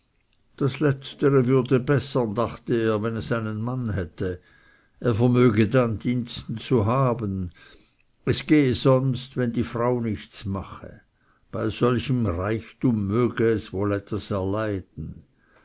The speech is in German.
das letztere würde bessern dachte er wenn es einen mann hätte er vermöge dann diensten zu haben es gehe sonst wenn die frau nichts mache bei solchem reichtum möge es wohl etwas erleiden